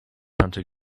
tante